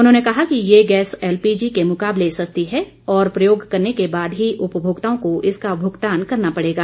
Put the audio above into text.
उन्होंने कहा कि ये गैस एलपीजी के मुकाबले सस्ती है और प्रयोग करने के बाद ही उपभोक्ताओं को इसका भुगतान करना पड़ेगा